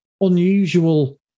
unusual